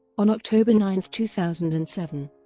on october nine, two thousand and seven,